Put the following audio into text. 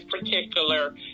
particular